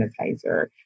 sanitizer